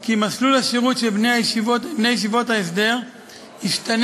כי מסלול השירות של בני ישיבות ההסדר ישתנה,